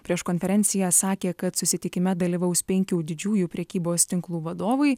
prieš konferenciją sakė kad susitikime dalyvaus penkių didžiųjų prekybos tinklų vadovai